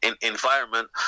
environment